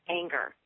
anger